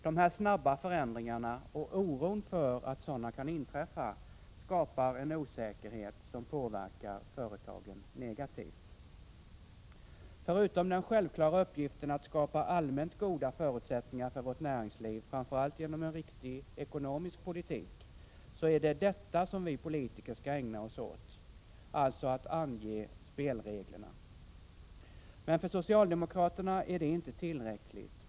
De här snabba förändringarna — och oron för att sådana kan inträffa — skapar en osäkerhet som påverkar företagen negativt. Förutom den självklara uppgiften att skapa allmänt goda förutsättningar för vårt näringsliv, framför allt genom en riktig ekonomisk politik, är det detta vi som politiker skall ägna oss åt, dvs. att ange spelreglerna. Men för socialdemokraterna är det inte tillräckligt.